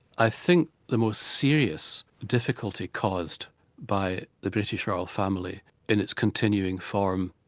i think the most serious difficulty caused by the british royal family in its continuing form,